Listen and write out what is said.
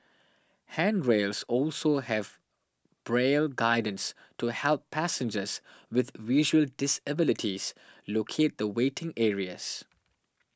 handrails also have Braille guidance to help passengers with visual disabilities locate the waiting areas